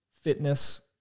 fitness